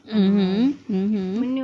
mmhmm mmhmm